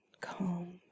calm